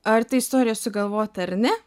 ar ta istorija sugalvota ar ne